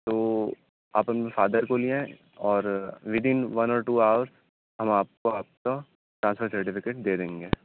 تو آپ اپنے فادر کو لے آئیں اور within one or two hours ہم آپ کو آپ کا ٹرانسفر سرٹیفکیٹ دے دیں گے